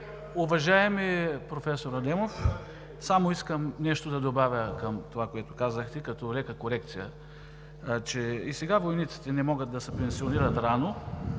Уважаеми професор Адемов, искам само нещо да добавя към това, което казахте, като лека корекция, че и сега войниците не могат да се пенсионират рано,